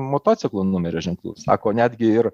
motociklų numerio ženklų sako netgi ir